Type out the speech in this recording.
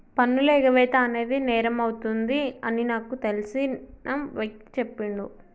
పన్నుల ఎగవేత అనేది నేరమవుతుంది అని నాకు తెలిసిన వ్యక్తి చెప్పిండు